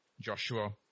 Joshua